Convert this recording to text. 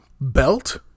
Belt